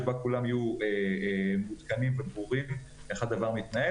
שבה כולם יהיו מעודכנים וברורים איך הדבר מתנהל